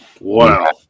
Wow